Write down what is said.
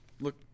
look